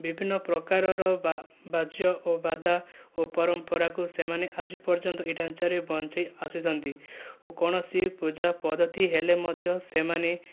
ବିଭିନ୍ନ ପ୍ରକାରର ବାଜ୍ୟ ଓ ବାଦା ଓ ପରମ୍ପରାକୁ ସେମାନେ ଆଜି ପର୍ଯ୍ୟନ୍ତ ଏ ଢାଞ୍ଚାରେ ବଞ୍ଚାଇ ଆସିଛନ୍ତି ଓ କୌଣସି ପୂଜା ପଦ୍ଧତି ହେଲେ ମଧ୍ୟ ସେମାନେ